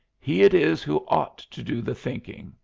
he it is who ought to do the thinking.